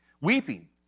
weeping